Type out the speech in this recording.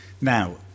Now